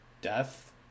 death